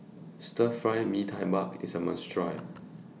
Stir Fried Mee Tai Mak IS A must Try